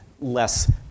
Less